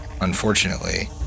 unfortunately